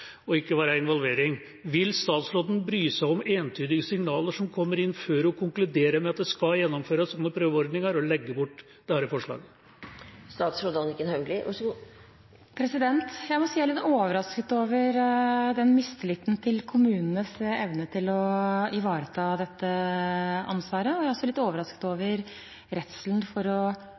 og ikke være involvering, vil statsråden bry seg om entydige signaler som kommer inn, før hun konkluderer med at det skal gjennomføres sånne prøveordninger – og legge bort dette forslaget? Jeg må si jeg er litt overrasket over mistilliten til kommunenes evne til å ivareta dette ansvaret. Jeg er også litt overrasket over redselen for